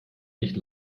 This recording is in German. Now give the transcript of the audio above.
nicht